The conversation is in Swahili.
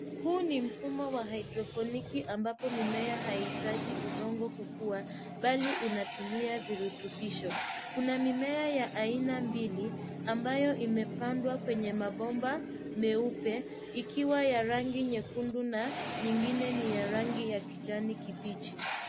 Huu ni mfumo wa haidrofoniki ambapo mimea haihitaji udongo kukua bali inatumia virutubisho. Kuna mimea ya aina mbili ambayo imepandwa kwenye mabomba meupe ikiwa ya rangi nyekundu na nyingine ni ya rangi ya kijani kibichi.